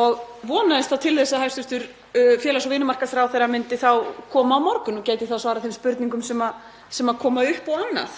og vonaðist til þess að hæstv. félags- og vinnumarkaðsráðherra myndi þá koma á morgun og gæti þá svarað þeim spurningum sem koma upp og annað.